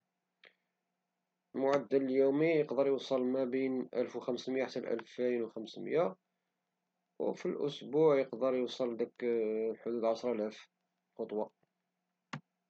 المعدل اليومي كقيدر اوصل مت الف او خمسمية حتى لالفين او خمسمية او في الاسبوع اقدر اوصل لحدود ديك عشر الاف خطوة